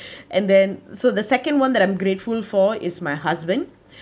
and then so the second one that I'm grateful for is my husband